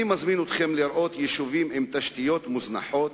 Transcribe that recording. אני מזמין אתכם לראות יישובים עם תשתיות מוזנחות,